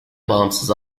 bağımsız